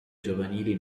giovanili